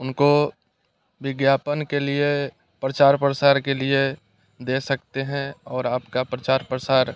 उनको विज्ञापन के लिए प्रचार प्रसार के लिए दे सकते हैं और अपका प्रचार प्रसार